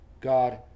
God